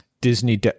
Disney